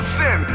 sin